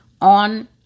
on